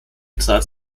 trat